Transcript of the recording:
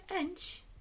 inch